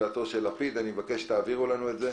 אני מבקש שתעבירו לנו את זה,